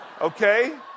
okay